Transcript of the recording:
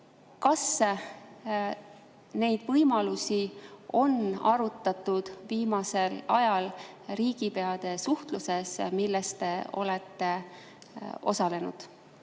Kas neid võimalusi on arutatud viimasel ajal riigipeade suhtluses, milles te olete osalenud?